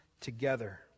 together